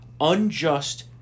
unjust